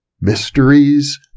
Mysteries